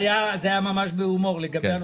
לגבי הנושא של הלולב, זה היה ממש בהומור.